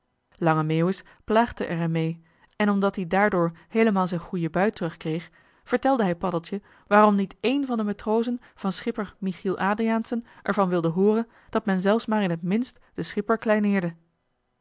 plaagde er hem mee en omdat die daardoor heelemaal z'n goeie bui terug kreeg vertelde hij paddeltje waarom niet een van de matrozen van schipper michiel adriaensen ervan wilde hooren dat men zelfs maar in t minst den schipper